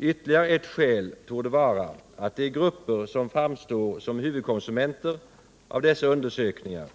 Ytterligare ett skäl torde vara att de grupper som framstår som huvudkonsumenter av dessa undersökningar